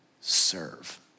serve